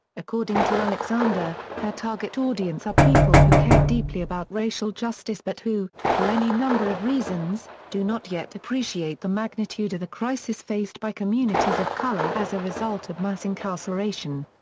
according to alexander, her target audience are people who care deeply about racial justice but who, for any number of reasons, do not yet appreciate the magnitude of the crisis faced by communities of color as a result of mass incarceration.